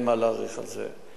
ואין מה להאריך על זה.